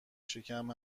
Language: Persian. شکم